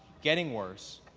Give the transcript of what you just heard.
getting worse.